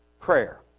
prayer